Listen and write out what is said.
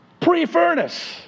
pre-furnace